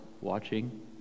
watching